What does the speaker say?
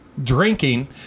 Drinking